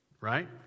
right